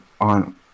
on